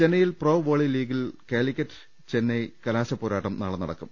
ചെന്നൈയിൽ pro volley ലീഗിൽ കാലിക്കറ്റ് ചെന്നൈ കലാശപ്പോ രാട്ടം നാളെ നടക്കും